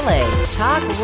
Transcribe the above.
Talk